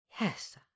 Yes